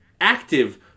active